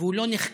והוא גם לא נחקר,